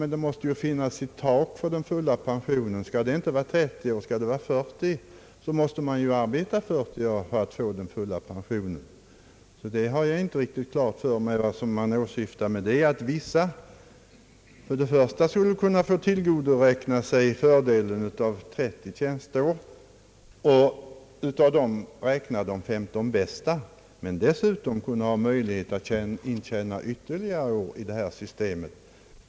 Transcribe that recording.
Men det måste ju finnas ett tak för den fulla pensionen! Skall taket vara placerat vid 40 år, så måste man arbeta 40 år för att få full pension. Jag har inte klart för mig vad motionärerna åsyftar med att vissa människor först skulle få tillgodoräkna sig förde len av 30 tjänsteår och av dem räkna de 135 bästa och dessutom ha möjlighet att intjäna ytterligare år i det här systemet.